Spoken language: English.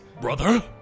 Brother